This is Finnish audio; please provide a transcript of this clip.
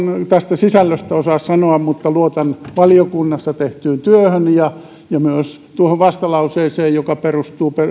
tästä sisällöstä osaa sanoa mutta luotan valiokunnassa tehtyyn työhön ja ja myös tuohon vastalauseeseen joka perustuu